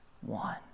one